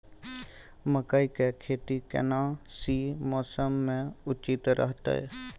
मकई के खेती केना सी मौसम मे उचित रहतय?